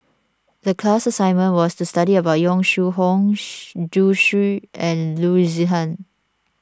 the class assignment was to study about Yong Shu Hoong Zhu Xu and Loo Zihan